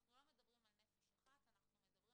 אנחנו לא מדברים על נפש אחת, אנחנו מדברים